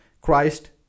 Christ